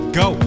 go